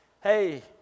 hey